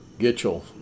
Gitchell